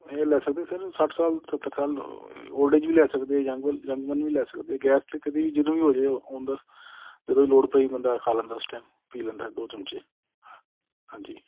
ਇਹ ਲੈ ਸਕਦੇ ਹੋ ਤੁਸੀਂ ਇਹਨੂੰ ਸੱਠ ਸਾਲ ਸੱਤਰ ਸਾਲ ਓ ਓਲਡ ਏਜ ਵੀ ਲੈ ਸਕਦੇ ਯੰਗ ਯੰਗਮੈਨ ਵੀ ਲੈ ਸਕਦੇ ਗੈਸ 'ਚ ਅਤੇ ਕਦੇ ਵੀ ਜਦੋਂ ਵੀ ਹੋ ਜੇ ਓ ਓਨ ਦਾ ਜਦੋਂ ਲੋੜ ਪਈ ਬੰਦਾ ਖਾ ਲੈਂਦਾ ਉਸ ਟੈਮ ਪੀ ਲੈਂਦਾ ਹੈ ਦੋ ਚਮਚੇ ਹਾਂਜੀ